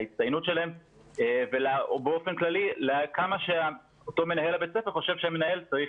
להצטיינות שלהם ובאופן כללי לכמה שאותו מנהל בית הספר חושב שהמורה צריך